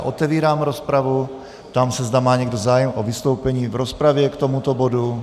Otevírám rozpravu, ptám se, zda má někdo zájem o vystoupení v rozpravě k tomuto bodu.